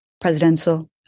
presidential